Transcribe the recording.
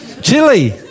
Chili